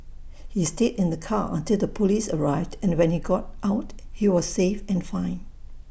he stayed in the car until the Police arrived and when he got out he was safe and fine